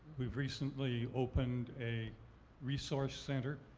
we've recently opened a resource center.